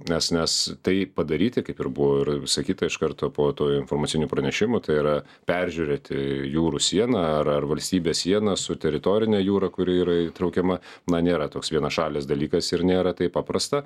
nes nes tai padaryti kaip ir buvo ir ir visa kita iš karto po tų informacinių pranešimų tai yra peržiūrėti jūrų sieną ar ar valstybės sieną su teritorine jūra kuri yra įtraukiama na nėra toks vienašalis dalykas ir nėra taip paprasta